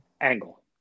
Angle